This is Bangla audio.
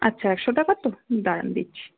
আচ্ছা একশো টাকার তো দাঁড়ান দিচ্ছি